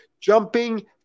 jumping